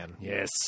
Yes